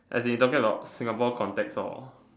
as if you're talking about Singapore contacts or